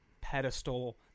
pedestal